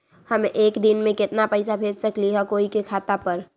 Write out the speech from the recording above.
हम एक दिन में केतना पैसा भेज सकली ह कोई के खाता पर?